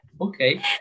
okay